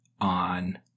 on